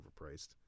overpriced